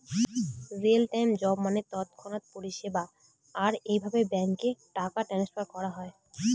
real time job মানে তৎক্ষণাৎ পরিষেবা, আর এভাবে ব্যাঙ্কে টাকা ট্রান্সফার করা হয়